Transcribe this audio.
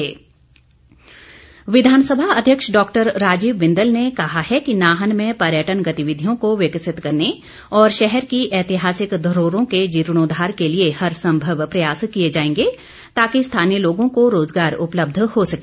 बिंदल विधानसभा अध्यक्ष डॉक्टर राजीव बिंदल ने कहा है कि नाहन में पर्यटन गतिविधियों को विकसित करने और शहर की ऐतिहासिक धरोहरों के जीर्णोद्वार के लिए हर संभव प्रयास किए जाएंगे ताकि स्थानीय लोगों को रोज़गार उपलब्ध हो सके